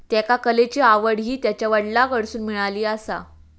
त्येका कलेची आवड हि त्यांच्या वडलांकडसून मिळाली आसा